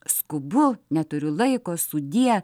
skubu neturiu laiko sudie